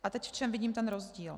A teď v čem vidím ten rozdíl.